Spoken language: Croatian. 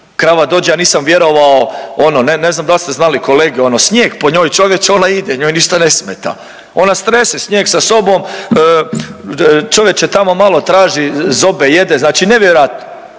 Krava dođe, ja nisam vjerovao ono ne znam da li ste znali kolege ono snijeg po njoj ona ide, njoj ništa ne smeta, ona strese snijeg sa sobom čovječe tamo malo traži zobe jede, znači nevjerojatno.